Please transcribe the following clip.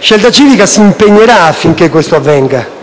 Scelta Civica per l'Italia s'impegnerà affinché questo avvenga.